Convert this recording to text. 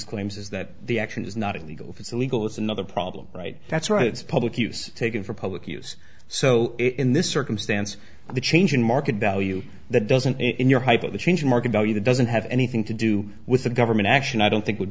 claims is that the action is not illegal if it's illegal it's another problem right that's why it's public use taken for public use so in this circumstance the change in market value that doesn't in your hyper the changing market value that doesn't have anything to do with the government action i don't think would